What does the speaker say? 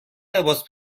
لباس